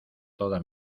toda